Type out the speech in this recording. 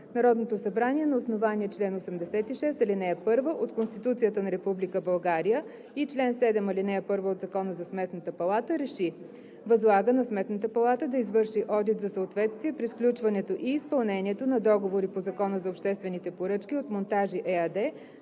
Народното събрание на основание чл. 86, ал. 1 от Конституцията на Република България и чл. 7, ал. 1 от Закона за Сметната палата РЕШИ: Възлага на Сметната палата да извърши одит за съответствие при сключването и изпълнението на договори по Закона за обществените поръчки от „Монтажи“ ЕАД